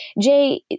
Jay